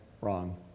Wrong